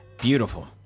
beautiful